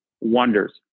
wonders